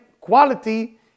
quality